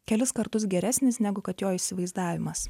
kelis kartus geresnis negu kad jo įsivaizdavimas